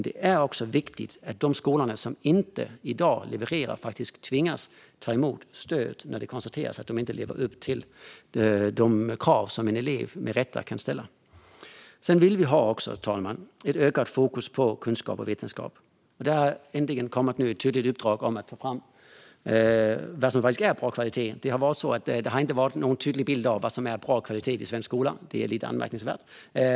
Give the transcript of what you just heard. Det är också viktigt att de skolor som i dag inte levererar tvingas ta emot stöd när det konstateras att de inte lever upp till de krav som en elev med rätta kan ställa. Fru talman! Vi vill ha ökat fokus på kunskap och vetenskap. Det har nu äntligen kommit ett tydligt uppdrag om att ta fram vad som faktiskt är bra kvalitet. Det har inte funnits någon tydlig bild av vad som är bra kvalitet i svensk skola, vilket är anmärkningsvärt.